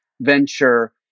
venture